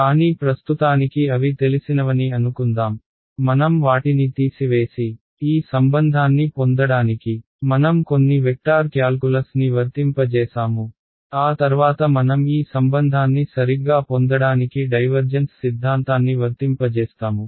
కానీ ప్రస్తుతానికి అవి తెలిసినవని అనుకుందాం మనం వాటిని తీసివేసి ఈ సంబంధాన్ని పొందడానికి మనం కొన్ని వెక్టార్ క్యాల్కులస్ని వర్తింపజేసాము ఆ తర్వాత మనం ఈ సంబంధాన్ని సరిగ్గా పొందడానికి డైవర్జెన్స్ సిద్ధాంతాన్ని వర్తింపజేస్తాము